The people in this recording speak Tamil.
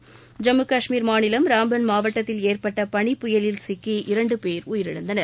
ஐம்மு கஷ்மீர் மாநிலம் ராம்பன் மாவட்டத்தில் ஏற்பட்ட பனிப்புயலில் சிக்கி இரண்டு பேர் உயிரிழந்தனர்